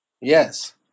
Yes